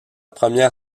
première